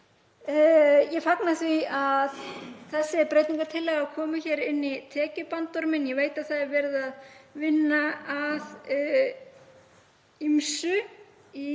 Ég fagna því að þessi breytingartillaga komi hér inn í tekjubandorminn, ég veit að það er verið að vinna að ýmsu